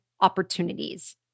opportunities